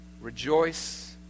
Rejoice